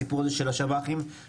בסיפור הזה של השוהים הבלתי חוקיים,